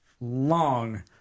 long